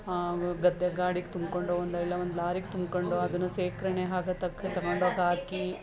ಗದ್ದೆಗೆ ಗಾಡಿಗೆ ತುಂಬ್ಕೊಂಡೋ ಒಂದು ಇಲ್ಲ ಒಂದು ಲಾರಿಗೆ ತುಂಬಿಕೊಂಡೋ ಅದನ್ನು ಶೇಖರಣೆ ಆಗೋ ತನ್ಕ ತಗೊಂಡೋಗಾಕಿ